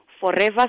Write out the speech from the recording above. forever